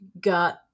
got